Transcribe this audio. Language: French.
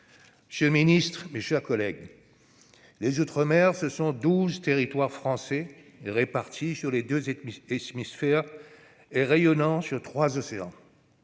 Monsieur le ministre, mes chers collègues, les outre-mer, ce sont douze territoires français répartis sur les deux hémisphères et rayonnant sur trois océans